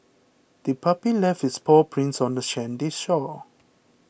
the puppy left its paw prints on the sandy shore